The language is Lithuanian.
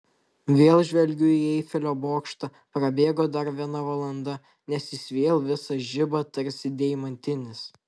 vėl žvelgiu į eifelio bokštą prabėgo dar viena valanda nes jis vėl visas žiba tarsi deimantinis